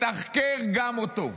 שתתחקר גם אותו?